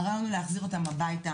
אמרנו להחזיר אותם הביתה,